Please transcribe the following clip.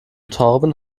torben